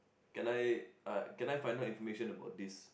can I uh can I find out information about this